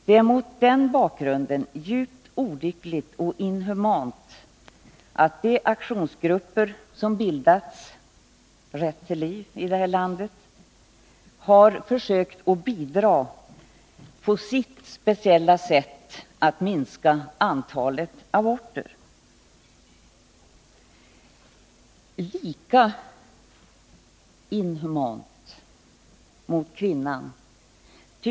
Det speciella sätt på vilket den aktionsgrupp som bildats här i landet — Rätt till liv — har försökt att bidra till en minskning av antalet aborter är mot den bakgrunden djupt olyckligt och även inhumant.